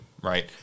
right